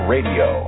Radio